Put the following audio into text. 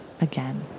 again